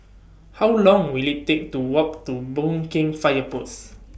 How Long Will IT Take to Walk to Boon Keng Fire Post